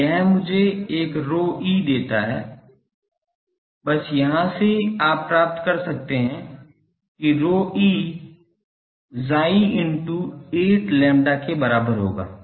तो यह मुझे एक ρe देता है बस यहाँ से आप प्राप्त सकते हैं कि ρe chi into 8 lambda के बराबर होगा